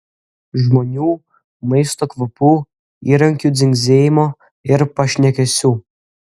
žmonių maisto kvapų įrankių dzingsėjimo ir pašnekesių